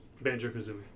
Banjo-Kazooie